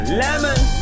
lemon